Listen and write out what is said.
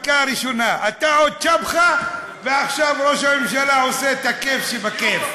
עוד צ'פחה, ועכשיו ראש הממשלה עושה את הכיף שבכיף,